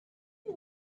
you